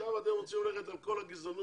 עכשיו אתם רוצים ללכת על כל הגזענות,